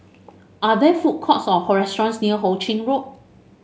are there food courts or restaurants near Ho Ching Road